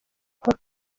paul